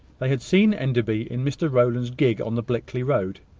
they had seen enderby in mr rowland's gig on the blickley road.